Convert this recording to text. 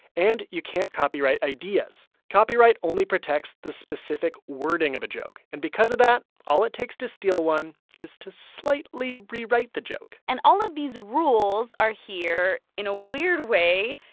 and you can't copyright ideas. copyright only protects the specific wording of a joke. and because of that, all it takes to steal one is to slightly rewrite the joke and all of these rules are here, in a weird way,